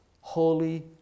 holy